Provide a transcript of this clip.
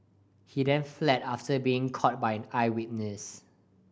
he then fled after being caught by an eyewitness